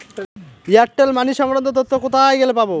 Airtel money সংক্রান্ত তথ্য কোথায় গেলে পাব?